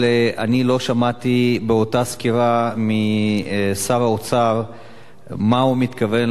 אבל אני לא שמעתי באותה סקירה משר האוצר מה הוא מתכוון